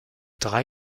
drei